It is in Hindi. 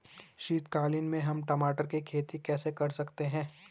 शीतकालीन में हम टमाटर की खेती कैसे कर सकते हैं?